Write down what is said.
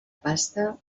pasta